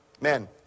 Men